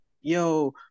Yo